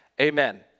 Amen